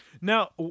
Now